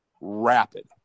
rapid